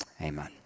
amen